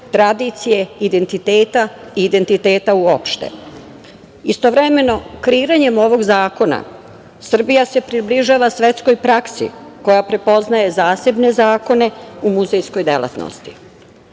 tradicije, identiteta i identiteta uopšte. Istovremeno kreiranjem ovog zakona Srbija se približava svetskoj praksi koja prepoznaje zasebne zakone u muzejskoj